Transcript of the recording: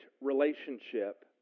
relationship